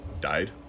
died